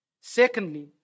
Secondly